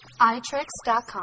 iTricks.com